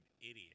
idiot